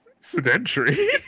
sedentary